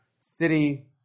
city